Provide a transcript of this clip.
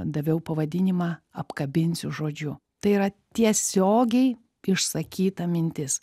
daviau pavadinimą apkabinsiu žodžiu tai yra tiesiogiai išsakyta mintis